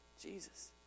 Jesus